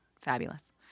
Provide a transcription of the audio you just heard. Fabulous